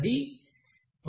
అది 1